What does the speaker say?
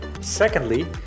Secondly